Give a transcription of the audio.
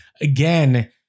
again